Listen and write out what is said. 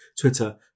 Twitter